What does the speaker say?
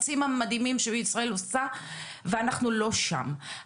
אז עכשיו אני לא יכולה לשמוע בדיון הבא,